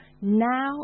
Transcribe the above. now